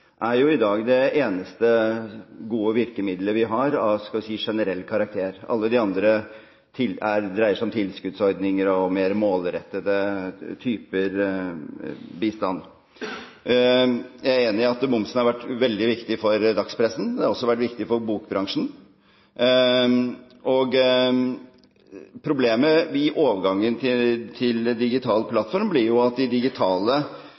i dag det eneste gode virkemiddelet vi har av, skal vi si, generell karakter. Alle de andre dreier seg om tilskuddsordninger og mer målrettede typer bistand. Jeg er enig i at momsen har vært veldig viktig for dagspressen. Den har også vært viktig for bokbransjen. Problemet ved overgangen til digital plattform blir at de digitale